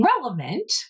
relevant